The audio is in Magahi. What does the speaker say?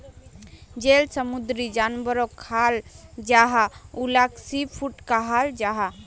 जेल समुंदरी जानवरोक खाल जाहा उलाक सी फ़ूड कहाल जाहा